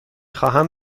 خواهم